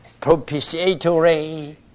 propitiatory